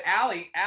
Allie